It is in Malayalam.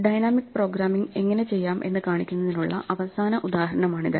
ഡൈനാമിക് പ്രോഗ്രാമിംഗ് എങ്ങിനെ ചെയ്യാം എന്ന് കാണിക്കുന്നതിനുള്ള അവസാന ഉദാഹരണമാണിത്